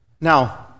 Now